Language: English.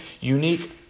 unique